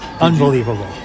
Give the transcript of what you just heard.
unbelievable